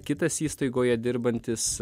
kitas įstaigoje dirbantis